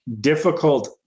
difficult